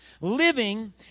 living